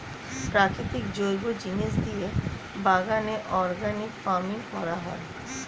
প্রাকৃতিক জৈব জিনিস দিয়ে বাগানে অর্গানিক ফার্মিং করা হয়